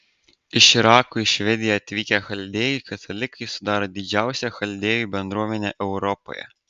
iš irako į švediją atvykę chaldėjai katalikai sudaro didžiausią chaldėjų bendruomenę europoje